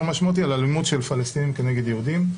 משמעותי על אלימות של פלסטינים נגד יהודים.